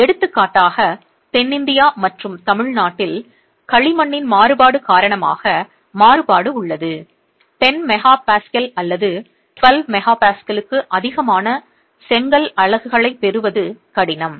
எனவே எடுத்துக்காட்டாக தென்னிந்தியா மற்றும் தமிழ்நாட்டில் களிமண்ணின் மாறுபாடு காரணமாக மாறுபாடு உள்ளது 10 MPa அல்லது 12 MPa க்கும் அதிகமான செங்கல் அலகுகளைப் பெறுவது கடினம்